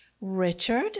Richard